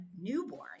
newborn